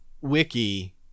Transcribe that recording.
Wiki